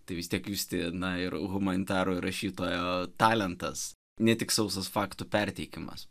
tai vis tiek justina ir humanitarų rašytojo talentas ne tik sausas faktų perteikimas